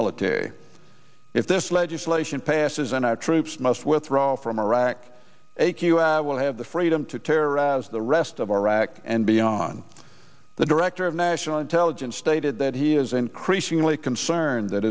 military if this legislation passes and our troops must withdraw from iraq a q s will have the freedom to terror as the rest of iraq and beyond the director of national intelligence stated that he is increasingly concerned that